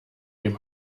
dem